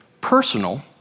personal